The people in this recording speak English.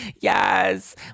Yes